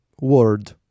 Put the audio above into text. word